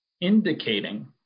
indicating